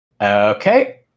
Okay